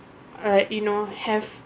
uh you know have